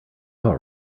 call